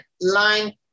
line